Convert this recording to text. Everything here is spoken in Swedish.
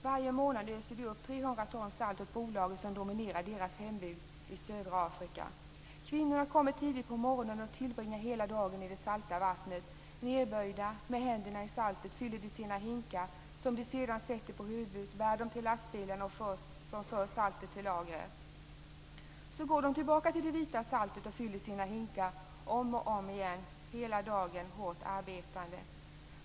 Varje månad öser de upp 300 ton salt åt bolaget som dominerar deras hembygd i södra Afrika. Kvinnorna kommer tidigt på morgonen och tillbringar hela dagen i det salta vattnet. Nedböjda med händerna i saltet fyller de sina hinkar. De sätter dem sedan på huvudet, bär dem till lastbilen, som för saltet till lager. Så går de tillbaka till det vita saltet och fyller sina hinkar om och om igen, hela dagen hårt arbetande.